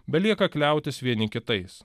belieka kliautis vieni kitais